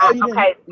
okay